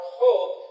hope